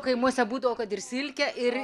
kaimuose būdavo kad ir silkę ir